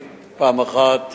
פעם אחת.